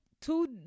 two